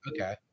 okay